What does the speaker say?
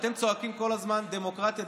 אתם צועקים כל הזמן "דמוקרטיה",